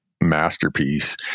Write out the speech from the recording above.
masterpiece